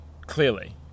clearly